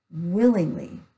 willingly